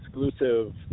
exclusive